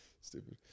Stupid